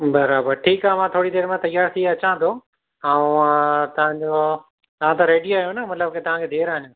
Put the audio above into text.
बराबरो ठीक आहे मां थोड़ी देरि में तियारु थी अचां थो ऐं हा हू तव्हांजो तव्हां त रेडी आहियो न मतलबु की तव्हांखे देरि आहे अञा